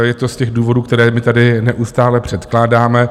Je to z těch důvodů, které my tady neustále předkládáme.